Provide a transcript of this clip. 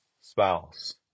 spouse